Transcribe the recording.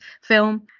film